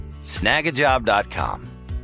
snagajob.com